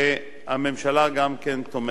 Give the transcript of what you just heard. והממשלה גם כן תומכת.